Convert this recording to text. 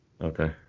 Okay